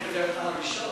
הוא גם הראשון.